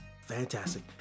Fantastic